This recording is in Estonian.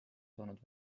toonud